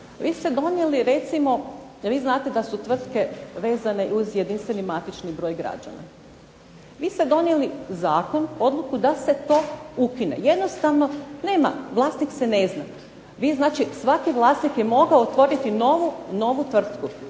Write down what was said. Vi ste donijeli recimo, vi znate da su tvrtke vezane uz jedinstveni matični broj građana, vi ste donijeli zakon, odluku da se to ukine, jednostavno nema, vlasnik se ne zna. Vi znači, svaki vlasnik je mogao otvoriti novu tvrtku.